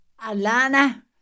Alana